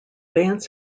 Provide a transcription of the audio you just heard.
vance